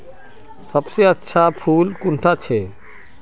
सबसे अच्छा फुल कुंडा छै?